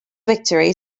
victory